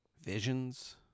visions